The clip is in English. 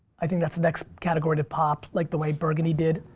i think that's the next category to pop like the way burgundy did,